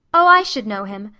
oh, i should know him.